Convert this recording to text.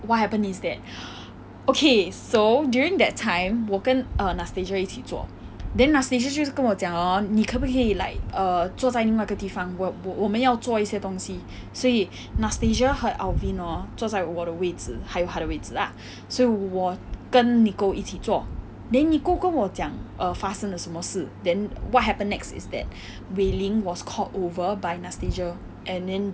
what happened is that okay so during that time 我跟 anastasia 一起坐 then anastasia 就是跟我讲 hor 你可不可以 like err 坐在另外一个地方我我们要做一些东西所以 anastasia 和 alvin hor 坐在我的位子还有他的位子 lah 所以我跟 nicole 一起坐 then nicole 跟我讲 err 发生了什么事 then what happened next is that wei ling was called over by anastasia and then